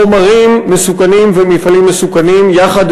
חומרים מסוכנים ומפעלים מסוכנים יחד,